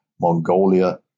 Mongolia